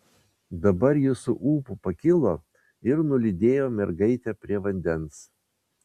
dabar jis su ūpu pakilo ir nulydėjo mergaitę prie vandens